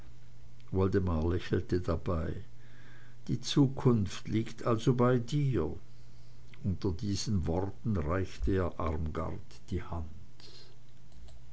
woldemar lächelte dabei die zukunft liegt also bei dir und unter diesen worten reichte er armgard die hand